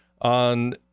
on